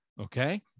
okay